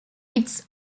its